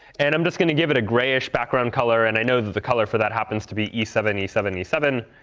and i'm just going to give it a grayish background color, and i know that the color for that happens to be e seven e seven e seven,